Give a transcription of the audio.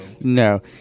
No